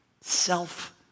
Self